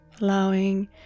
allowing